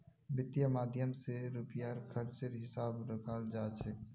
वित्त माध्यम स रुपयार खर्चेर हिसाब रखाल जा छेक